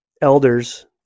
elders